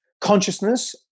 consciousness